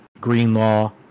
Greenlaw